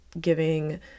giving